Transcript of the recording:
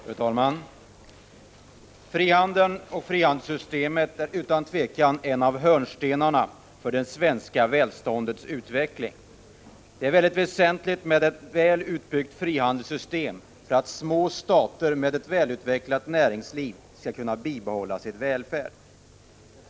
Fru talman! Frihandeln och frihandelssystemet är utan tvivel en av 4 december 1985 hörnstenarna för det svenska välståndets utveckling. Det är väsentligt med ett väl utbyggt frihandelssystem för att små stater med ett välutvecklat näringsliv skall kunna bibehålla sin välfärd.